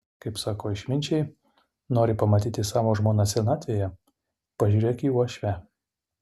kaip sako išminčiai nori pamatyti savo žmoną senatvėje pažiūrėk į uošvę